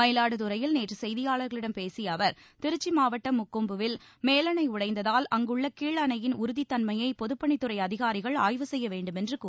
மயிலாடுதுறையில் நேற்று செய்தியாளர்களிடம் பேசிய அவர் திருச்சி மாவட்டம் முக்கொம்பில் மேலணை உடைந்ததால் அங்குள்ள கீழ் அணையின் உறுதித் தன்மையை பொதுப்பணித்துறை அதிகாரிகள் ஆய்வு செய்ய வேண்டுமென்று கூறினார்